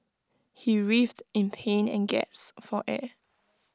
he writhed in pain and gasped for air